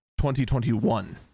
2021